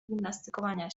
gimnastykowania